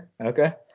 Okay